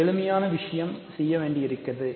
ஒரு எளிமையான விஷயம் செய்ய வேண்டி இருக்கிறது